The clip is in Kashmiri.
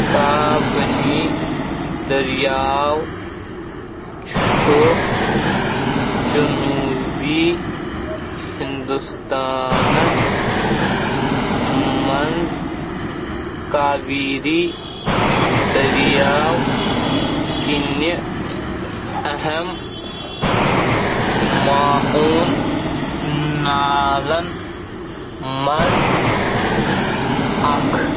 کابٔنی دٔریاو چھُ جنوٗبی ہنٛدوستانَس منٛز کاویری دٔریاو کِنہِ اَہم ماعوٗن نالَن منٛز اَکھ